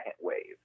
wave